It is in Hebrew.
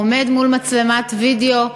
הוא עומד מול מצלמת וידיאו,